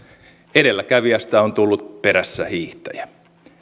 edelläkävijästä on tullut perässähiihtäjä